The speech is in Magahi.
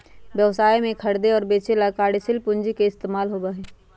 व्यवसाय में खरीदे और बेंचे ला कार्यशील पूंजी के इस्तेमाल होबा हई